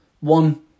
one